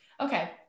okay